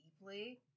deeply